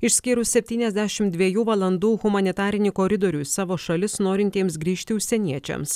išskyrus septyniasdešimt dvejų valandų humanitarinį koridorių į savo šalis norintiems grįžti užsieniečiams